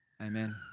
Amen